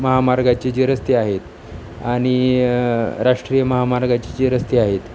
महामार्गाचे जे रस्ते आहेत आणि राष्ट्रीय महामार्गाचे जी रस्ते आहेत